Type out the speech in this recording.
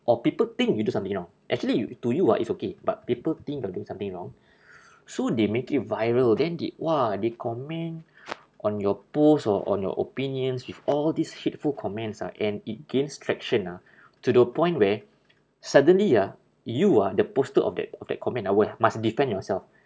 or people think you do something wrong actually you to you ah it's okay but people think you're doing something wrong so they make it viral then they !wah! they comment on your post or on your opinions with all this hateful comments ah and it gains traction ah to the point where suddenly ah you ah the poster of that of that comment ah will must defend yourself